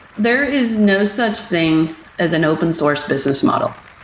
there is no such thing as an open source business model,